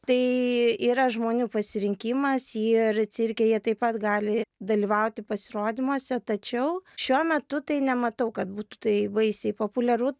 tai yra žmonių pasirinkimas ir cirke jie taip pat gali dalyvauti pasirodymuose tačiau šiuo metu tai nematau kad būtų tai vaisiai populiaru